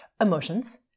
emotions